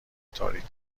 تاریک